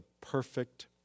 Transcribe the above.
perfect